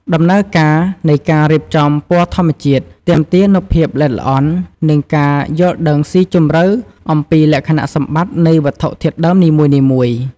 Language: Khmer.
ដំណើរការនៃការរៀបចំពណ៌ធម្មជាតិទាមទារនូវភាពល្អិតល្អន់ និងការយល់ដឹងស៊ីជម្រៅអំពីលក្ខណៈសម្បត្តិនៃវត្ថុធាតុដើមនីមួយៗ។